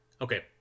Okay